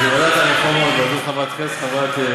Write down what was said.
לוועדת הרפורמות בראשות חברת הכנסת